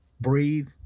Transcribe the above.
breathe